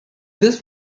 this